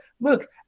Look